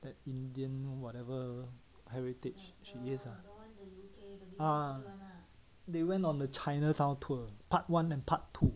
that indian whatever heritage she needs ah ah they went on a chinatown tour part one and part two